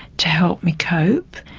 to help me cope,